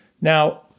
Now